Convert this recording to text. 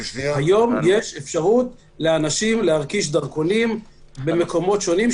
היום יש לאנשים אפשרות לאנשים להרכיש דרכונים במקומות שונים,